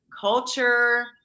culture